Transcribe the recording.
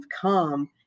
come